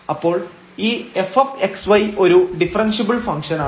അപ്പോൾ ഈ fxy ഒരു ഡിഫറൻഷ്യബിൾ ഫംഗ്ഷനാണ്